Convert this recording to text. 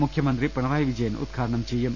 മുഖ്യമന്ത്രി പിണറായി വിജയൻ ഉദ്ഘാടനം ചെയ്യും